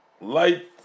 light